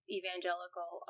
evangelical